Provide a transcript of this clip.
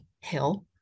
Hill